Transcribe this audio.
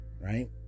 right